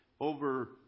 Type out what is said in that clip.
over